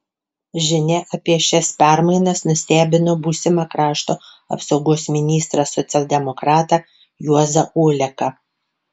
žinia apie šias permainas nustebino būsimą krašto apsaugos ministrą socialdemokratą juozą oleką